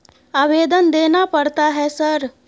आवेदन देना पड़ता है सर?